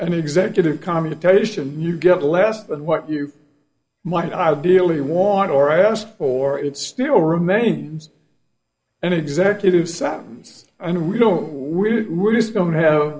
an executive commutation you get less than what you might ideally want or ask for it still remains an executive satins and we don't we just don't have